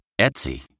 Etsy